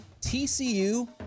TCU